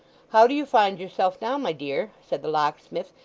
how do you find yourself now, my dear said the locksmith,